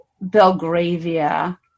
Belgravia